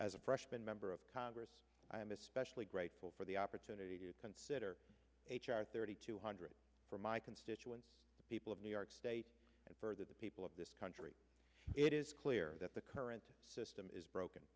as a freshman member of congress i am especially grateful for the opportunity to consider h r thirty two hundred for my constituents people of new york state and for the people of this country it is clear that the current system is broken